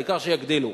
העיקר שיגדילו.